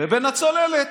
לבין הצוללת.